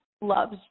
loves